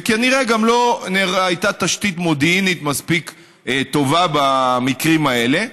וכנראה גם לא הייתה תשתית מודיעינית מספיק טובה במקרים האלה.